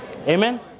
Amen